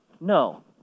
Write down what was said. no